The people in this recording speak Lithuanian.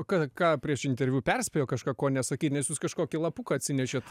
ką ką prieš interviu perspėjo kažką ko nesakyt nes jūs kažkokį lapuką atsinešėt